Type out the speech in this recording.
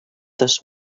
this